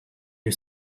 you